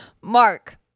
Mark